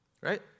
right